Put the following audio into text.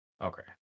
Okay